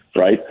right